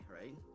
right